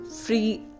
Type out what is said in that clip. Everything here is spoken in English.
free